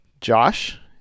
Josh